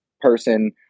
person